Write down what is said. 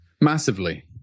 Massively